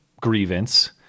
grievance